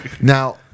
Now